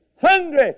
hungry